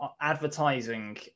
advertising